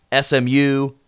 SMU